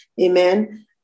amen